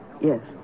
Yes